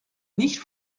nicht